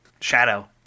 Shadow